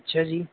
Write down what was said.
اچھا جی